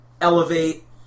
elevate